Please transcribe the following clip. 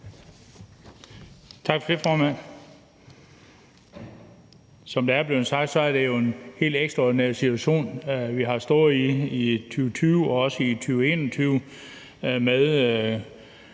Tak for det, formand. Som det er blevet sagt, er det jo en helt ekstraordinær situation, vi har stået i i 2020 og også i 2021 med